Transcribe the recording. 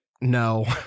no